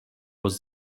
was